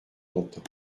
content